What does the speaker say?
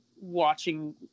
watching